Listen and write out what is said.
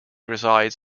resides